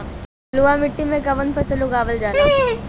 बलुई मिट्टी में कवन फसल उगावल जाला?